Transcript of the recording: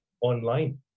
online